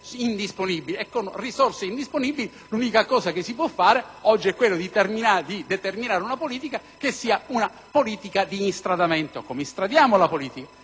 Con risorse indisponibili, l'unica misura che si può fare oggi è quella di determinare una politica di instradamento. Come instradiamo la politica?